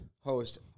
host